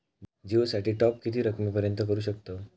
जिओ साठी टॉप किती रकमेपर्यंत करू शकतव?